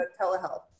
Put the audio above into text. telehealth